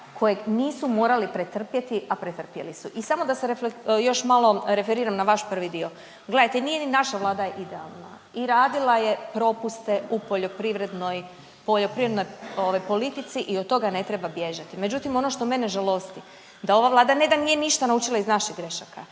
kojeg nisu morali pretrpjeti, a pretrpjeli su. I samo da se refle…, još malo referiram na vaš prvi dio. Gledajte nije ni naša vlada idealna i radila je propuste u poljoprivrednoj, poljoprivrednoj ovaj politici i od toga ne treba bježati. Međutim, ono što mene žalosti da ova Vlada ne da nije ništa naučila iz naših grešaka